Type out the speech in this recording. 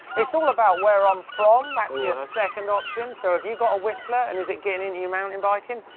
it's all about where i'm from, that's your second option. so if you've got whistler, and is it getting in you mountain biking?